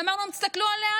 ואמרנו להם: תסתכלו עליה,